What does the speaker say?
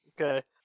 Okay